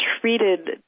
treated